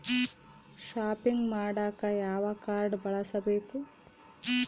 Shopping ಮಾಡಾಕ ಯಾವ card ಬಳಸಬೇಕು?